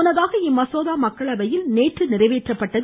முன்னதாக இம்மசோதா மக்களவையில் நேற்று நிறைவேற்றப்பட்டது